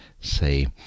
say